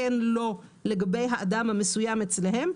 כן לא לגבי האדם המסוים אצלם,